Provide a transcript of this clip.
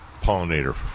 pollinator